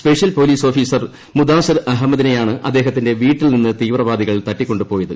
special police officer Mudasir അഹമ്മദിനെയാണ് അദ്ദേഹത്തിന്റെ വീട്ടിൽ നിന്ന് തീവ്രവാദികൾ തട്ടിക്കൊണ്ടു പോയത്